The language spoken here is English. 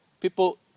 people